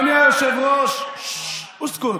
ששש, אוסקוט.